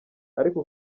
ariko